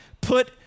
put